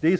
Vi